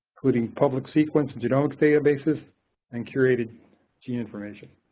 including public sequence of genomics databases and curated gene information.